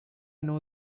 know